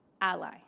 ally